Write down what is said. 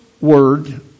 word